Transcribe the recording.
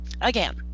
Again